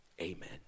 amen